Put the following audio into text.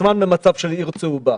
למצב של עיר צהובה.